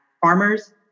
farmers